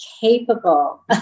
capable